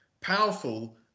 powerful